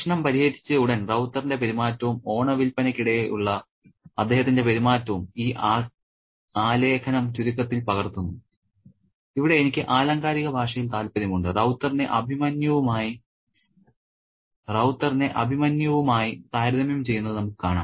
പ്രശ്നം പരിഹരിച്ചയുടൻ റൌത്തറിന്റെ പെരുമാറ്റവും ഓണ വിൽപ്പനയ്ക്കിടെയുള്ള അദ്ദേഹത്തിന്റെ പെരുമാറ്റവും ഈ ആലേഖനം ചുരുക്കത്തിൽ പകർത്തുന്നു ഇവിടെ എനിക്ക് ആലങ്കാരിക ഭാഷയിൽ താൽപ്പര്യമുണ്ട് റൌത്തറിനെ അഭിമന്യുവുമായി താരതമ്യം ചെയ്യുന്നത് നമുക്ക് കാണാം